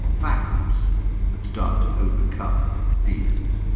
facts would start to overcome fears.